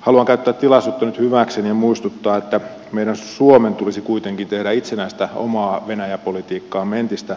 haluan käyttää tilaisuutta nyt hyväkseni ja muistuttaa että meidän suomen tulisi kuitenkin tehdä itsenäistä omaa venäjä politiikkaamme entistä